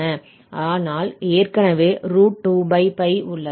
ஆனால் ஏற்கனவே 2 உள்ளது